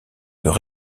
peut